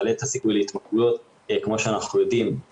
מעלה את הסיכוי להתמכרויות כמו שאנחנו יודעים,